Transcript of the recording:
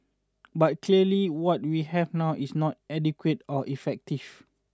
but clearly what we have now is not adequate or effective